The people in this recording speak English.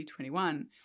2021